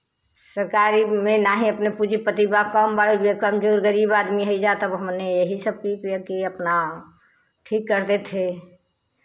सरकारी में नहीं अपने पूंजीपति बाप का हम बड़े बेकमजोर गरीब आदमी हई जा तब हमने यही सब पी पी के अपना ठीक करते थे